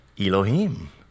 Elohim